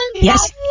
Yes